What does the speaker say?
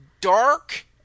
dark